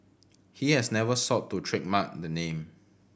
he has never sought to trademark the name